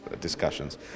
discussions